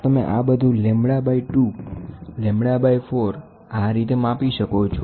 તો તમે આ બધું લેમ્બડા બાઈ 2 લેમ્બડા બાઈ 4 આ રીતે માપી શકો છો